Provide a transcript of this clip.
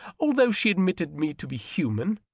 although she admitted me to be human?